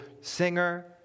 singer